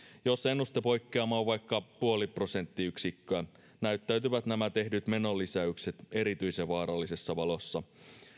jos ennustepoikkeama on vaikka nolla pilkku viisi prosenttiyksikköä näyttäytyvät nämä tehdyt menolisäykset erityisen vaarallisessa valossa